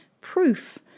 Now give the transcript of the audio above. proof